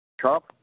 Trump